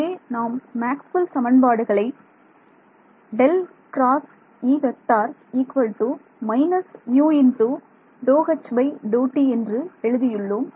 இங்கே நாம் Maxwell Maxwell' சமன்பாடுகளை என்று எழுதியுள்ளோம்